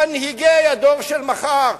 מנהיגי הדור של מחר.